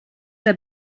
der